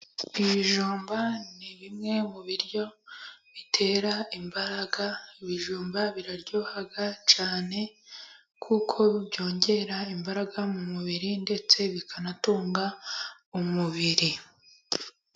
Ibijumba ni bimwe mu biryo bitera imbaraga. Ibijumba biraryoha cyane kuko byongera imbaraga mu mubiri, ndetse bikanatunga umubiri.